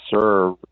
serve